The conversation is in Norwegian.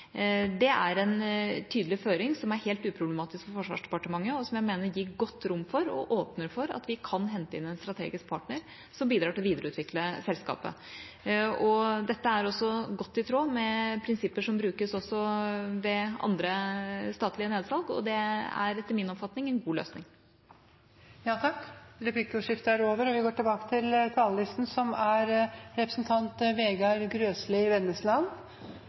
dag, er en tydelig føring, som er helt uproblematisk for Forsvarsdepartementet, og som jeg mener gir godt rom for og åpner for at vi kan hente inn en strategisk partner som bidrar til å videreutvikle selskapet. Dette er også godt i tråd med prinsipper som brukes også ved andre statlige nedsalg, og det er etter min oppfatning en god løsning. Dermed er replikkordskiftet omme. De talere som heretter får ordet, har en taletid på inntil 3 minutter. Dette er en god dag. Det er